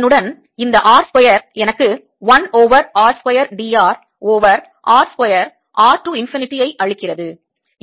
இதனுடன் இந்த r square எனக்கு 1 over r square dr over r square r to infinity ஐ அளிக்கிறது